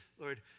Lord